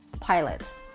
Pilot